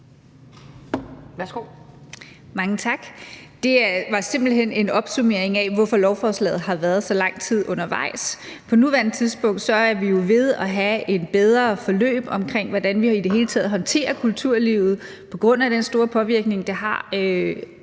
Mange tak. Det var simpelt hen en opsummering af, hvorfor lovforslaget har været så lang tid undervejs. På nuværende tidspunkt er vi jo ved at have et bedre forløb omkring, hvordan vi i det hele taget håndterer kulturlivet med den store påvirkning, coronaen